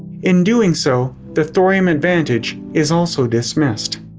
in doing so, the thorium advantage is also dismissed.